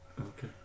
Okay